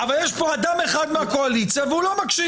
אבל יש פה אדם אחד מהקואליציה, והוא לא מקשיב.